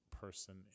person